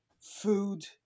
food